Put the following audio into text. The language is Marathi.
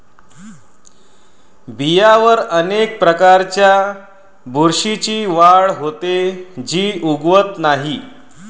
बियांवर अनेक प्रकारच्या बुरशीची वाढ होते, जी उगवत नाही